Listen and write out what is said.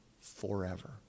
forever